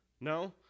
No